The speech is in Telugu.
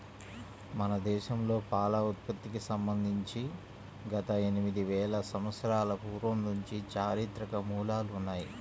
మన దేశంలో పాల ఉత్పత్తికి సంబంధించి గత ఎనిమిది వేల సంవత్సరాల పూర్వం నుంచి చారిత్రక మూలాలు ఉన్నాయి